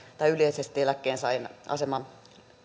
tai yleisesti eläkkeensaajan aseman